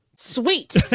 sweet